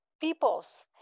peoples